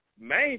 main